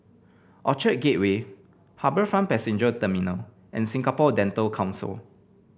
Orchard Gateway HarbourFront Passenger Terminal and Singapore Dental Council